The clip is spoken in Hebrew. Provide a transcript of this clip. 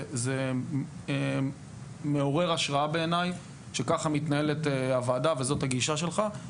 זה מעורר השראה בעיניי שכך מתנהלת הוועדה וזאת הגישה שלך.